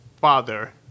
father